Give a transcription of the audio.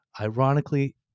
Ironically